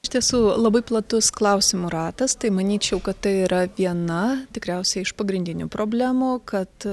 iš tiesų labai platus klausimų ratas tai manyčiau kad tai yra viena tikriausiai iš pagrindinių problemų kad